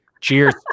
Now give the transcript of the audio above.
Cheers